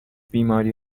بیماری